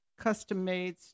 custom-made